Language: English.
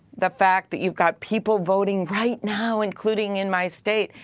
the fact that youve got people voting right now including in my state,